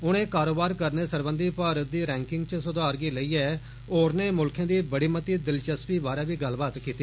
उनें कारोबार करने सरबंधी भारत दी रैंकिंग च स्धार गी लेइयै होरनें मुल्खें दी बड़ी मती दिलचस्पी बारै बी गल्लबात कीती